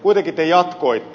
kuitenkin te jatkoitte